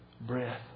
breath